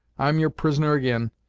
i'm your prisoner ag'in,